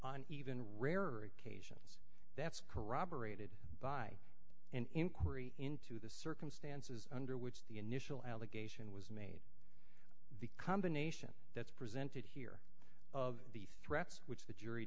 and even rarer occasions that's corroborated by an inquiry into the circumstances under which the initial allegation was the combination that's presented here of the threats which the jury